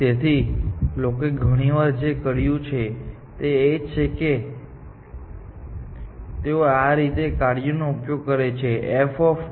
તેથી લોકોએ ઘણીવાર જે કર્યું છે તે એ છે કે તેઓ આ રીતે કાર્યનો ઉપયોગ કરે છે